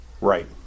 Right